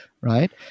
right